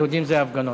יהודים זה הפגנות.